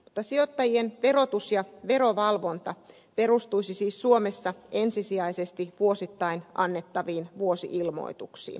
mutta sijoittajien verotus ja verovalvonta perustuisi siis suomessa ensisijaisesti vuosittain annettaviin vuosi ilmoituksiin